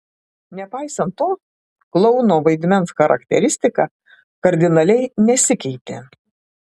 nepaisant to klouno vaidmens charakteristika kardinaliai nesikeitė